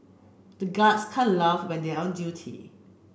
the guards can't laugh when they are on duty